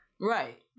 Right